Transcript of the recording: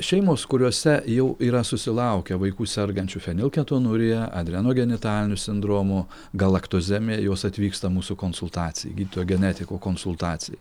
šeimos kuriose jau yra susilaukę vaikų sergančių fenilketonurija adrenogenitaliniu sindromu galaktozemija jos atvyksta mūsų konsultacijai gydytojo genetiko konsultacijai